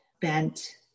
bent